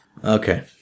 Okay